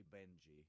Benji